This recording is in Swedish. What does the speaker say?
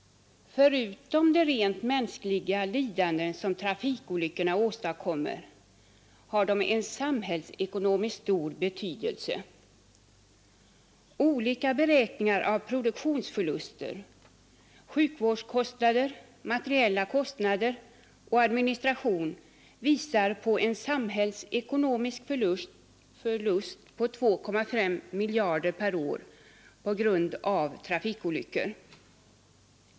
Förutom de rent mänskliga lidanden som trafikolyckorna åstadkommer har de samhällsekonomiskt stor betydelse. Olika beräkningar av produktionsförluster, sjukvårdskostnader, materiella kostnader och administration visar på en samhällsekonomisk förlust på 2,5 miljarder kronor per år på grund av trafikolyckor.